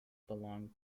belonged